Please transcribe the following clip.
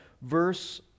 verse